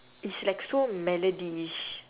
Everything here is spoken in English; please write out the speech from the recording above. it's like so melodyish